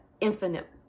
infinite